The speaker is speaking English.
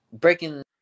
breaking